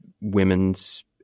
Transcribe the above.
women's